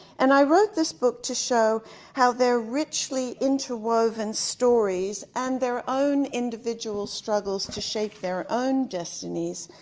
and i wrote this book to show how their richly interwoven stories and their own individual struggle to shape their own destinies,